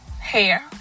hair